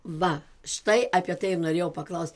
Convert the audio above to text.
va štai apie tai ir norėjau paklaust